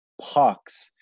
pucks